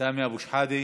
סמי אבו שחאדה.